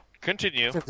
Continue